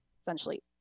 essentially